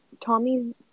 Tommy's